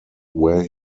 where